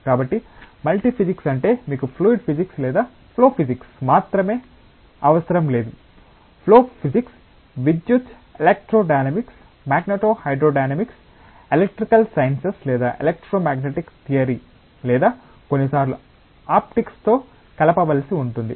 కాబట్టి multi physics అంటే మీకు ఫ్లూయిడ్ ఫిజిక్స్ లేదా ఫ్లో ఫిజిక్స్ మాత్రమే అవసరం లేదు ఫ్లో ఫిజిక్స్ విద్యుత్ electrohydrodynamics magnetohydrodynamics electrical sciences లేదా ఎలక్ట్రోమాగ్నెటిక్ థియరీ లేదా కొన్నిసార్లు ఆప్టిక్స్ తో కలపవలసి ఉంటుంది